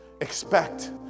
Expect